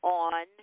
on